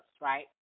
right